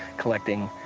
collecting,